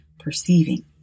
Perceiving